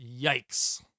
Yikes